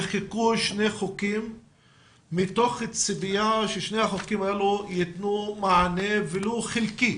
נחקקו שני חוקים מתוך ציפייה ששני החוקים האלה ייתנו מענה ולו חלקי